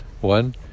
One